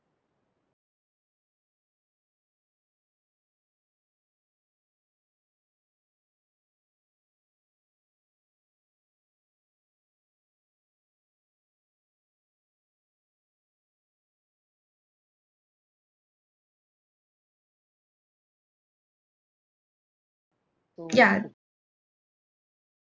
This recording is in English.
ya